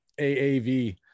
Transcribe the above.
AAV